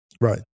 right